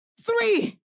Three